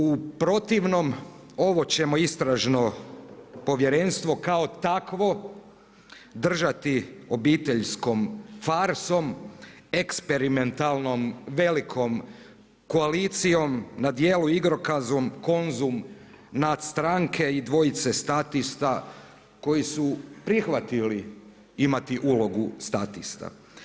U protivnom ovo ćemo istražno povjerenstvo kao takvo držati obiteljskom farsom, eksperimentalnom velikom koalicijom na dijelu igrokazom Konzum nad stranke i dvojice statista koji su prihvatili imati ulogu statista.